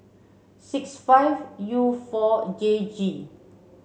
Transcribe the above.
six five U four J G